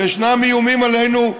כשישנם איומים עלינו,